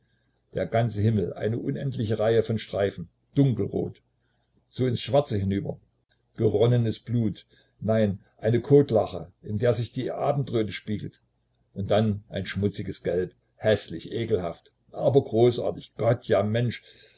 der ganze himmel eine unendliche reihe von streifen dunkelrot so ins schwarze hinüber geronnenes blut nein eine kotlache in der sich die abendröte spiegelt und dann ein schmutziges gelb häßlich ekelhaft aber großartig gott ja mensch